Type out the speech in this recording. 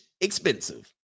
expensive